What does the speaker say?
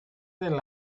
del